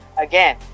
again